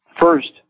First